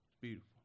Beautiful